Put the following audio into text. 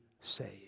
saved